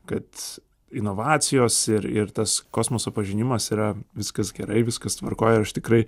kad inovacijos ir ir tas kosmoso pažinimas yra viskas gerai viskas tvarkoj ir aš tikrai